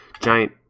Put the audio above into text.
giant